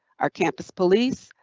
our campus police,